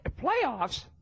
Playoffs